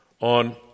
on